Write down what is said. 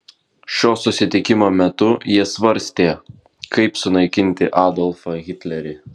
šio susitikimo metu jie svarstė kaip sunaikinti adolfą hitlerį